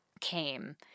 came